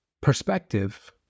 perspective